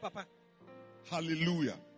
Hallelujah